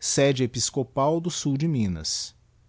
sede episcopal do sul de minas